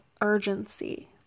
urgency